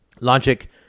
Logic